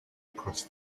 across